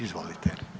Izvolite.